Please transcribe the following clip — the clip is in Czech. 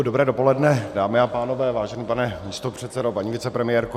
Dobré dopoledne, dámy a pánové, vážený pane místopředsedo, paní vicepremiérko.